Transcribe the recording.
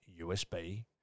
USB